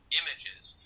images